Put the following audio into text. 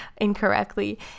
incorrectly